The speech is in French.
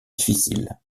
difficiles